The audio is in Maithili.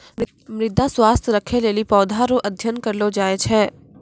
मृदा स्वास्थ्य राखै लेली पौधा रो अध्ययन करलो जाय छै